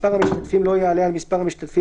מספר המשתתפים לא יעלה על מספר המשתתפים